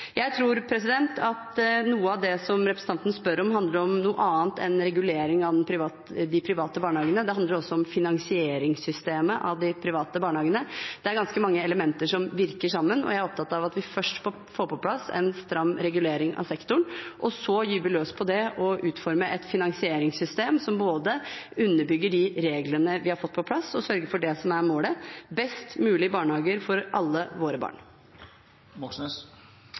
Jeg tror at noe av det representanten spør om, handler om noe annet enn regulering av de private barnehagene. Det handler også om finansieringssystemet for de private barnehagene. Det er ganske mange elementer som virker sammen, og jeg er opptatt av at vi først får på plass en stram regulering av sektoren, og så gyver vi løs på det å utforme et finansieringssystem som både underbygger de reglene vi har fått på plass, og sørger for det som er målet: best mulig barnehager for alle våre barn. Bjørnar Moxnes